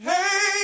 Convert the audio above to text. Hey